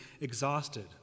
exhausted